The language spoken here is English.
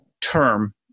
term